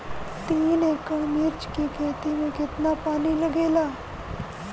तीन एकड़ मिर्च की खेती में कितना पानी लागेला?